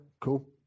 cool